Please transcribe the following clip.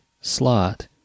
slot